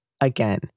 Again